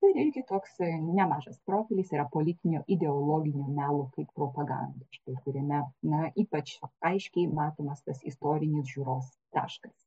ir irgi toksai nemažas profilis yra politinio ideologinio melo kaip propaganda štai turime na ypač aiškiai matomas tas istorinis žiūros taškas